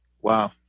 Wow